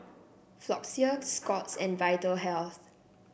Floxia Scott's and Vitahealth